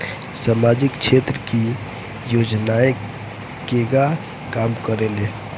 सामाजिक क्षेत्र की योजनाएं केगा काम करेले?